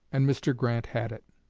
and mr. grant had it.